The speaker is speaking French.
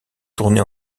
tournées